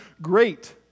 great